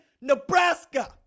Nebraska